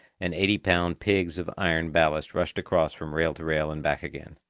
and eighty-pound pigs of iron ballast rushed across from rail to rail and back again.